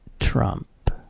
Trump